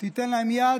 תיתן להם יד,